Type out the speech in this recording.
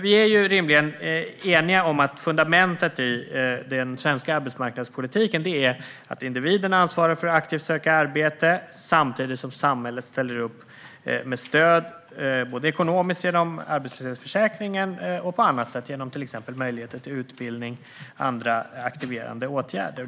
Vi är ju eniga om att fundamentet i den svenska arbetsmarknadspolitiken är att individen ansvarar för att aktivt söka arbete samtidigt som samhället ställer upp med stöd, både ekonomiskt inom arbetslöshetsförsäkringen och på annat sätt genom till exempel möjlighet till utbildning och andra aktiverande åtgärder.